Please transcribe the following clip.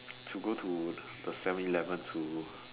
to go to the seven-eleven to